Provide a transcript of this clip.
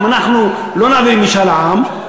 אם אנחנו לא נעביר משאל עם,